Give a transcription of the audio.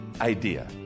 idea